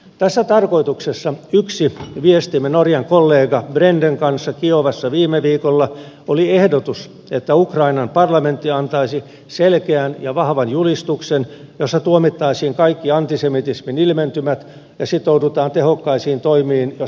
tässä tarkoituksessa yksi viestimme norjan kollega brenden kanssa kiovassa viime viikolla oli ehdotus että ukrainan parlamentti antaisi selkeän ja vahvan julistuksen jossa tuomittaisiin kaikki antisemitismin ilmentymät ja sitoudutaan tehokkaisiin toimiin jos sellaisia ilmenee